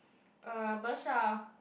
uh Bersha